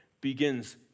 begins